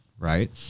Right